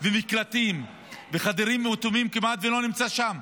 ומקלטים וחדרים אטומים כמעט שלא נמצאים שם.